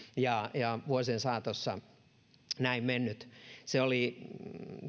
ja ja vuosien saatossa se oli näin mennyt se oli